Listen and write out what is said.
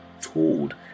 told